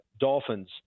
Dolphins